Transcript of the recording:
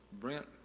Brent